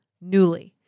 Newly